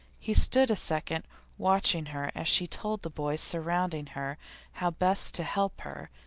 he stood a second watching her as she told the boys surrounding her how best to help her,